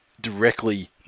directly